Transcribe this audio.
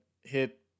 hit